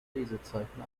lesezeichen